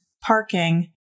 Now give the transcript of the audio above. parking